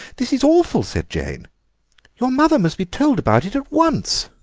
this is awful, said jane your mother must be told about it at once.